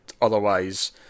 Otherwise